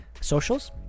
Socials